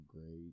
great